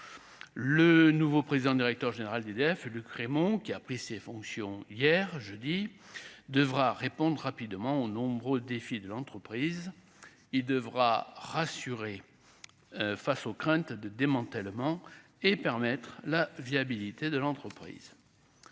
le nouveau président directeur général d'EDF et Luc Rémont qui a pris ses fonctions hier jeudi devra répondre rapidement aux nombreux défis de l'entreprise, il devra rassurer face aux craintes de démantèlement et permettre la viabilité de l'entreprise,